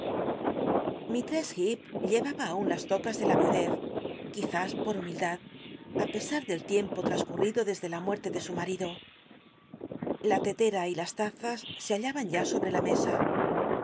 lislrcss hccp llevaba aun las locas de la viudez qu izás por humildad á pesar del tiempo trascurrido desde la muerte de su marido la telera y las lazas se hallabán ya sobre la mesa